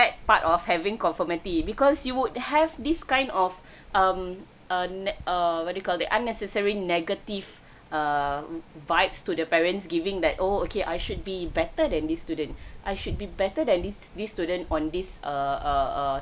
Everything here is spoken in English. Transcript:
part of having conformity because you would have this kind of um err err what do you call that unnecessary negative err vibes to the parents giving that oh okay I should be better than these student I should be better than this these students on this err err err